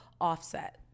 Offset